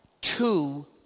two